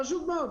פשוט מאוד,